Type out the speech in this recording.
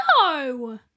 No